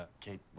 Kate